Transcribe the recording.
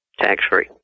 Tax-free